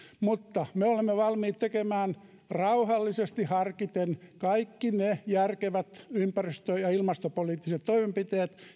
mutta me olemme valmiit tekemään rauhallisesti harkiten kaikki ne järkevät ympäristö ja ilmastopoliittiset toimenpiteet